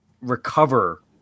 recover